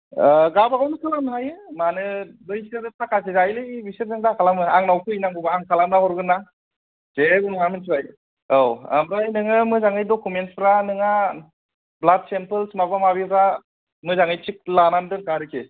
औ गावबागावबो सोलोंनो हायो मानो बैसोर थाखासो जायो बैसोर थाखासो जायोलै आंनाव फै नांगौबा आं खालामना हरगोनना जेबो नङा मिथिबाय औ ओमफ्राय नोङो मोजाङै दख'मेन्टसफ्रा नोंना ब्लाद सेमपेल्स माबा माबिफ्रा मोजाङै थिग लानानै दोनखा आरोखि